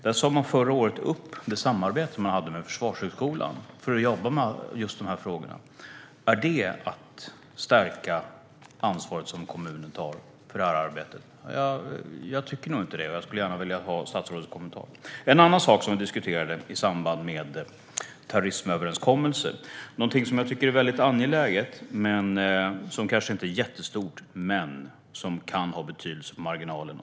Där sa man förra året upp det samarbete som man hade med Försvarshögskolan för att jobba med just dessa frågor. Är det att stärka kommunens ansvar för detta arbete? Jag tycker nog inte det. Jag skulle gärna vilja ha statsrådets kommentar om det. En annan sak som vi diskuterade i samband med terrorismöverenskommelsen är någonting som jag tycker är väldigt angeläget. Det är kanske inte jättestort, men det kan ha en betydelse på marginalen.